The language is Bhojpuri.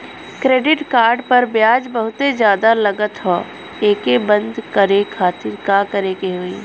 क्रेडिट कार्ड पर ब्याज बहुते ज्यादा लगत ह एके बंद करे खातिर का करे के होई?